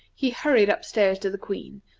he hurried up-stairs to the queen,